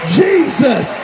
jesus